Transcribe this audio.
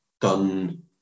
done